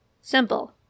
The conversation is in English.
Simple